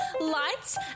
lights